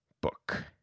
book